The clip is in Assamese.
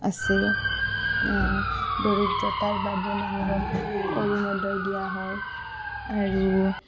আছে দৰিদ্ৰতাৰ বাবে মানুহক অৰুণোদয় দিয়া হয় আৰু